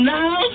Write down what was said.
now